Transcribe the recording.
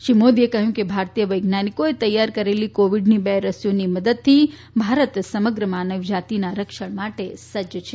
તેમણે કહ્યું કે ભારતીય વૈજ્ઞાનીકોએ તૈયાર કરેલી કોવિડની બે રસીઓની મદદથી ભારત સમગ્ર માનવજાતીના રક્ષણ માટે સજજ છે